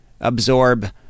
absorb